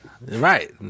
right